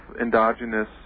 endogenous